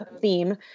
theme